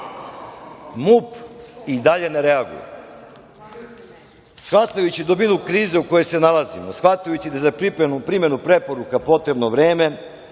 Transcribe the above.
MUP i dalje ne reaguje. Shvatajući dubinu krize u kojoj se nalazimo, shvatajući da je za primenu preporuka potrebno vreme,